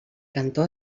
cantó